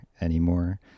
anymore